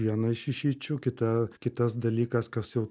viena iš išeičių kitą kitas dalykas kas jau